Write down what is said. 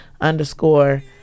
underscore